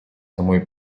самой